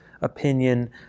opinion